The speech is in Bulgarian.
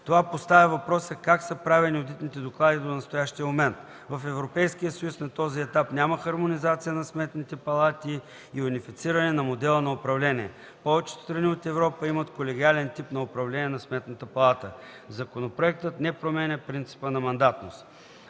Това поставя въпроса как са правени одитните доклади до настоящия момент; - в Европейския съюз на този етап няма хармонизация на сметните палати и унифициране на модела на управление. Повечето страни от Европа имат колегиален тип на управление на Сметната палата; - законопроектът не променя принципа на мандатност.